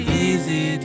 easy